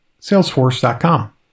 Salesforce.com